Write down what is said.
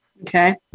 Okay